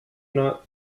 not